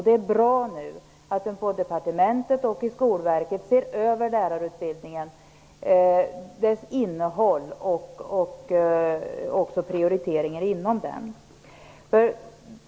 Det är bra att man på departementet och på Skolverket ser över lärarutbildningen, dess innehåll och även prioriteringen inom den.